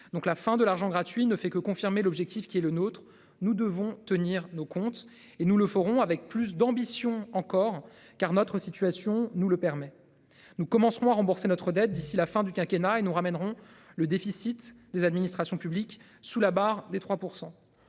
la fin de l'argent gratuit ne fait que confirmer l'objectif qui est le nôtre, nous devons tenir nos comptes et nous le ferons avec plus d'ambition encore car notre situation nous le permet nous commencerons à rembourser notre dette, d'ici la fin du quinquennat et nous ramènerons le déficit des administrations publiques sous la barre des 3%.